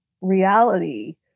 reality